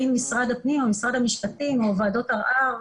אם משרד הפנים או משרד המשפטים או ועדות ערר,